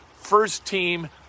first-team